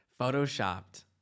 photoshopped